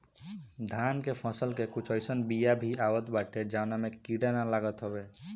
धान के फसल के कुछ अइसन बिया भी आवत बाटे जवना में कीड़ा ना लागत हवे